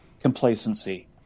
Complacency